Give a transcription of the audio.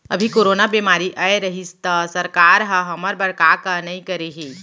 अभी कोरोना बेमारी अए रहिस त सरकार हर हमर बर का का नइ करे हे